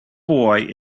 boy